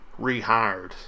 rehired